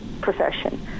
profession